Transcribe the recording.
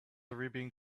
arabian